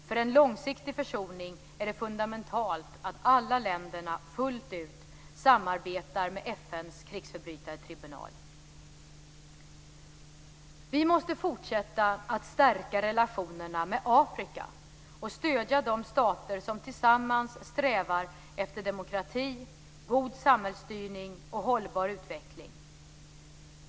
För en långsiktig försoning är det fundamentalt att alla länderna fullt ut samarbetar med FN:s krigsförbrytartribunal. Vi måste fortsätta att stärka relationerna med Afrika och stödja de stater som tillsammans strävar efter demokrati, god samhällsstyrning och hållbar utveckling.